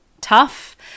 tough